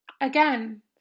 Again